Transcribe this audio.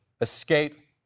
escape